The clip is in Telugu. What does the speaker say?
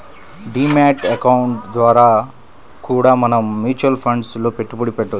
డీ మ్యాట్ అకౌంట్ ద్వారా కూడా మనం మ్యూచువల్ ఫండ్స్ లో పెట్టుబడులు పెట్టవచ్చు